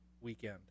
weekend